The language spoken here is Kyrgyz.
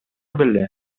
беле